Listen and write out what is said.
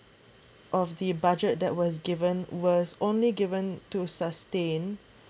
of the budget that was given was only given to sustain